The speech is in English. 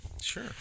Sure